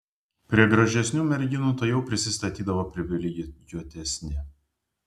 prie gražesnių merginų tuojau prisistatydavo privilegijuotesni